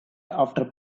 after